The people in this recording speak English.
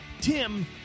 Tim